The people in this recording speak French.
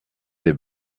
les